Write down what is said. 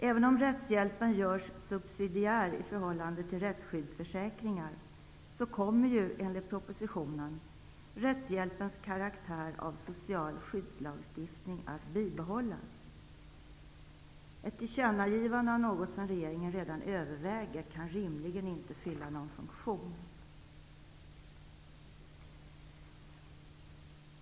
Även om rättshjälpen görs subsidiär i förhållande till rättsskyddsförsäkringar kommer ju, enligt propositionen, rättshjälpens karaktär av social skyddslagstiftning att bibehållas. Ett tillkännagivande av något som regeringen redan överväger kan rimligen inte fylla någon funktion.